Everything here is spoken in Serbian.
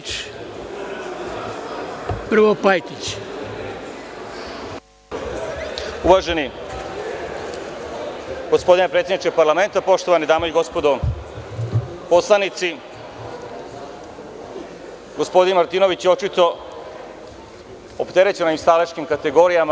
Uvaženi gospodine predsedniče parlamenta, poštovane dame i gospodo poslanici, gospodin Martinović je očito opterećen ovim staleškim kategorijama.